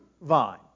vine